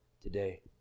today